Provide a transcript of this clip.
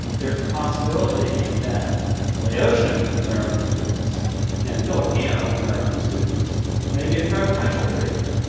there's the possibility that laotian american students and filipino american students may get preferential treatment.